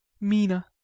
Mina